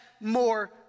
more